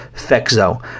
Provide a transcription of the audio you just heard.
Fexo